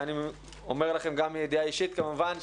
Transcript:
אני אומר לכם גם מידיעה אישית כמובן,